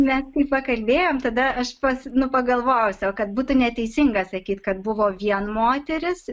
ne kai pakalbėjom tada aš pasi nu pagalvojau sau kad būtų neteisinga sakyt kad buvo vien moterys